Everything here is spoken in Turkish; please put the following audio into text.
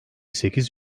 sekiz